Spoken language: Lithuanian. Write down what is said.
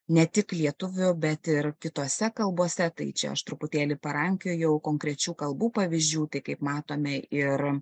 ne tik lietuvių bet ir kitose kalbose tai čia aš truputėlį parankiojau konkrečių kalbų pavyzdžių tai kaip matome ir